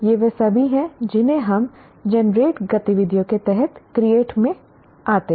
ये वे सभी हैं जिन्हें हम जेनरेट गतिविधियों के तहत क्रिएट में आते हैं